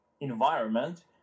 environment